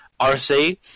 RC